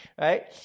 right